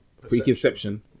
preconception